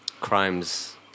crimes